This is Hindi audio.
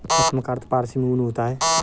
पश्म का अर्थ फारसी में ऊन होता है